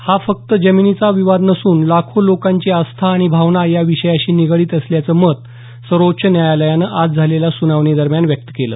हा फक्त जमिनीचा विवाद नसून लाखो लोकांची आस्था आणि भावना या विषयाशी निगडित असल्याचं मत सर्वोच्च न्यायालयानं आज झालेल्या सुनावणी दरम्यान व्यक्त केलं